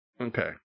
Okay